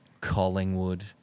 Collingwood